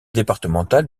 départementale